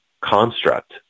construct